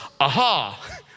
aha